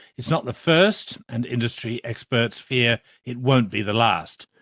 it's not the first and industry experts fear it won't be the last.